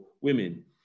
women